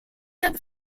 have